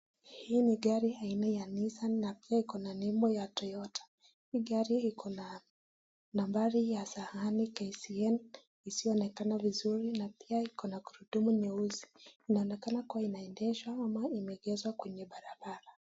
Hii ni gari aina ya nissan na pia iko na nembo ya toyota , hii gari iko na nambari ya sahani isiyo onekana vizuri na pia iko na gurudumu nyeusi, inaonekana kama inaendeshwa ama imeegeshwa kwa barabara.